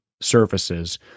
surfaces